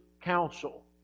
counsel